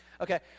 Okay